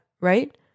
right